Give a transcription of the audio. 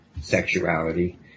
sexuality